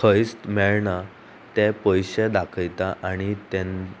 खंयच मेळना ते पयशे दाखयता आनी ते